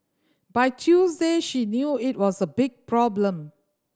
by Tuesday she knew it was a big problem